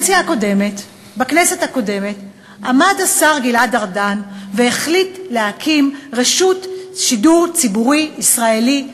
בכנסת הקודמת עמד השר גלעד ארדן והחליט להקים רשות שידור ציבורי ישראלי,